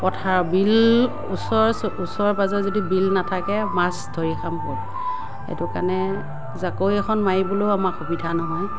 পথাৰৰ বিল ওচৰৰ ওচৰ পাজৰত যদি বিল নাথাকে মাছ ধৰি খাবলৈ সেইটো কাৰণে জাকৈ এখন মাৰিবলৈয়ো আমাৰ সুবিধা নহয়